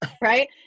right